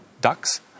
Ducks